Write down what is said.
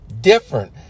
different